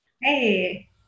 Hey